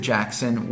Jackson